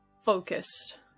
focused